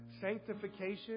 sanctification